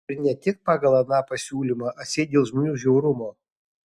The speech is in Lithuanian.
ir ne tik pagal aną pasiūlymą atseit dėl žmonių žiaurumo